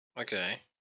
okay